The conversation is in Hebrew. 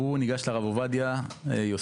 והוא ניגש לרב עובדיה יוסף,